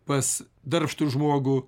pas darbštų žmogų